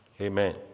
Amen